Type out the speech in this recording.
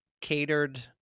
catered